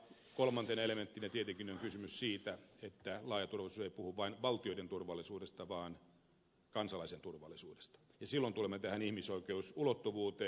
kolmantena elementtinä tietenkin on kysymys siitä että laaja turvallisuus ei puhu vain valtioiden turvallisuudesta vaan kansalaisen turvallisuudesta ja silloin tulemme tähän ihmisoikeusulottuvuuteen